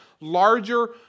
larger